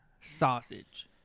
sausage